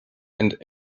and